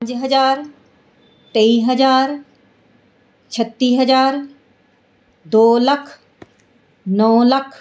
ਪੰਜ ਹਜ਼ਾਰ ਤੇਈ ਹਜ਼ਾਰ ਛੱਤੀ ਹਜ਼ਾਰ ਦੋ ਲੱਖ ਨੌ ਲੱਖ